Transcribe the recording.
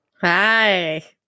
Hi